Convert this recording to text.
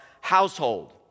household